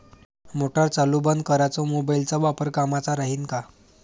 Motor चालू बंद कराच मोबाईलचा वापर कामाचा राहीन का?